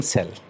Cell